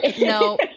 no